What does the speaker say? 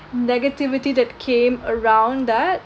negativity that came around that